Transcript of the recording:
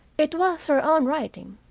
it was her own writing,